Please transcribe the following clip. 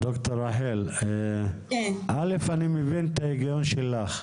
ד"ר רחל, א', אני מבין את ההיגיון שלך,